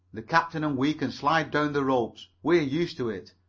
the captain and we can slide down the ropes. we're used to it,